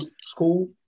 school